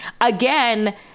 again